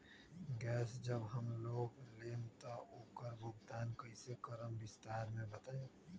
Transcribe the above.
Gas जब हम लोग लेम त उकर भुगतान कइसे करम विस्तार मे बताई?